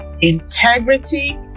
integrity